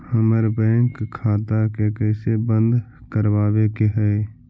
हमर बैंक खाता के कैसे बंद करबाबे के है?